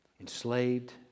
Enslaved